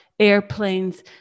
airplanes